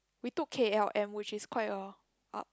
we took K_L_M which is quite a up